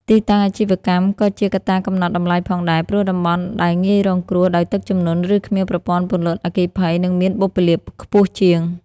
ទីតាំងអាជីវកម្ម ក៏ជាកត្តាកំណត់តម្លៃផងដែរ ព្រោះតំបន់ដែលងាយរងគ្រោះដោយទឹកជំនន់ ឬគ្មានប្រព័ន្ធពន្លត់អគ្គិភ័យ នឹងមានបុព្វលាភខ្ពស់ជាង។